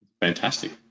fantastic